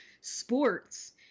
sports